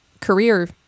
career